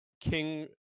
King